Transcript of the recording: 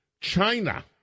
China